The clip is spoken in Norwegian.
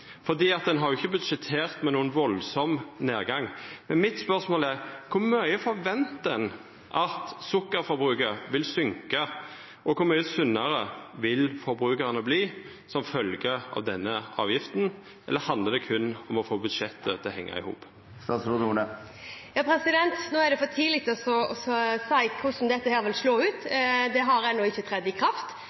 ein har jo ikkje budsjettert med nokon kraftig nedgang. Mitt spørsmål er: Kor mykje forventar ein at sukkerforbruket vil søkka, og kor mykje sunnare vil forbrukarane verta som følgje av denne avgifta? Eller handlar det berre om å få budsjettet til å henga i hop? Nå er det for tidlig å si hvordan dette vil slå ut. Det har ennå ikke tredd i kraft.